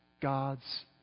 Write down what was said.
God's